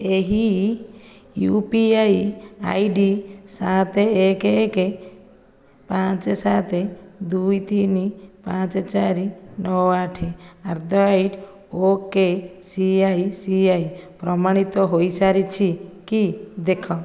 ଏହି U P I ID ସାତ ଏକ ଏକ ପାଞ୍ଚ ସାତ ଦୁଇ ତିନି ପାଞ୍ଚ ଚାରି ନଅ ଆଠ at the rate O K C I C I ପ୍ରମାଣିତ ହୋଇସାରିଛି କି ଦେଖ